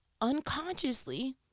unconsciously